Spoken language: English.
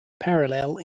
parallel